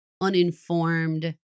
uninformed